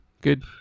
good